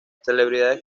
celebridades